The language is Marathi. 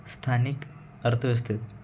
स्थानिक अर्थव्यवस्थेत